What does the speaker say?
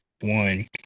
One